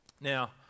Now